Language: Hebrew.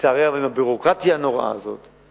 לצערי הרב, עם הביורוקרטיה הנוראה הזאת,